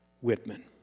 Whitman